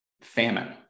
famine